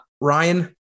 Ryan